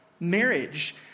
Marriage